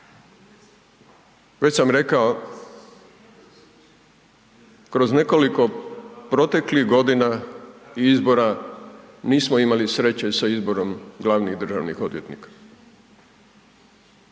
već sam rekao, kroz nekoliko proteklih godina izbora nismo imali sreće sa izborom glavni državnih odvjetnika.